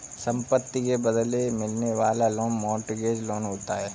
संपत्ति के बदले मिलने वाला लोन मोर्टगेज लोन होता है